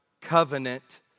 covenant